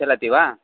चलति वा